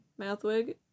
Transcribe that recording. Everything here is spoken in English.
Mouthwig